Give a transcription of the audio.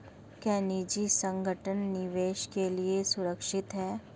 क्या निजी संगठन निवेश के लिए सुरक्षित हैं?